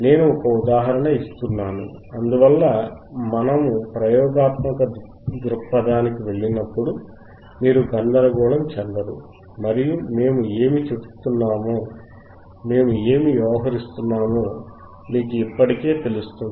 నేను ఒక ఉదాహరణ ఇస్తున్నాను అందువల్ల మనము ప్రయోగాత్మక దృక్పథానికి వెళ్ళినప్పుడు మీరు గందరగోళం చెందరు మరియు మేము ఏమి చేస్తున్నామో మేము ఏమి వ్యవహరిస్తున్నామో మీకు ఇప్పటికే తెలుస్తుంది